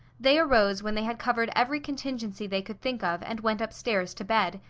they arose when they had covered every contingency they could think of and went upstairs to bed,